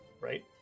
right